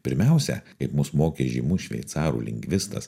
pirmiausia kaip mus mokė žymus šveicarų lingvistas